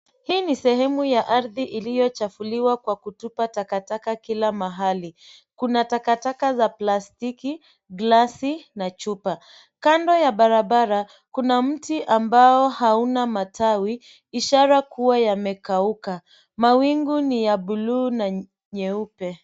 Hii ni sehemu ya ardhi iliyochafuliwa kwa kutupa takataka kila mahali. Kuna takataka za plastiki, glasi, na chupa. Kando ya barabara, kuna mti ambao hauna matawi, ishara kua yamekauka. Mawingu ni ya buluu na nyeupe.